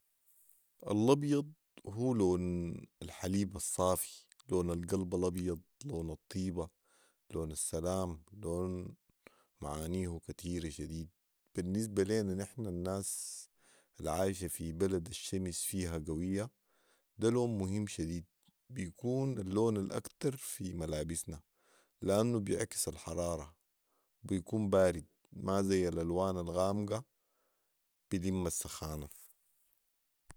الابيض هو اللبن الحليب الصافي لون القلب الابيض لون الطيبه لون السلام لون معانيه كتيره شديد وبالنسبه لينا نحن الناس العايشه في بلد الشمس فيهل قويه ده لون مهم شديد بيكون اللون الاكتر في ملابسنا لانه بيعكس الحراره وبيكون بارد ما ذي الالوان الغامقه بلم السخانه